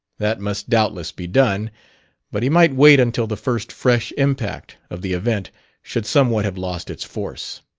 that must doubtless be done but he might wait until the first fresh impact of the event should somewhat have lost its force.